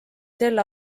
sel